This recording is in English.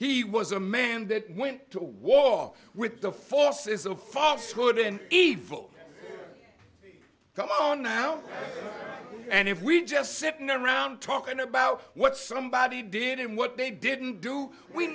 he was a man that went to war with the forces so far so good and evil come on now and if we just sit never around talking about what somebody did and what they didn't do we